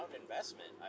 investment